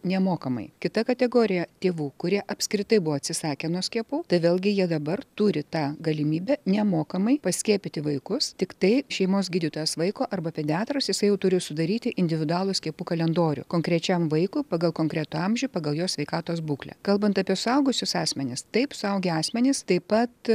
nemokamai kita kategorija tėvų kurie apskritai buvo atsisakę nuo skiepų tai vėlgi jie dabar turi tą galimybę nemokamai paskiepyti vaikus tiktai šeimos gydytojas vaiko arba pediatras jisai jau turi sudaryti individualų skiepų kalendorių konkrečiam vaikui pagal konkretų amžių pagal jo sveikatos būklę kalbant apie suaugusius asmenis taip suaugę asmenys taip pat